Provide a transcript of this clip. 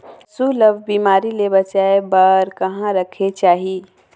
पशु ला बिमारी ले बचाय बार कहा रखे चाही?